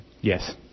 Yes